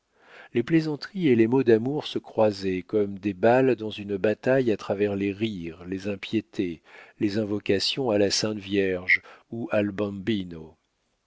les plaisanteries et les mots d'amour se croisaient comme des balles dans une bataille à travers les rires les impiétés les invocations à la sainte vierge ou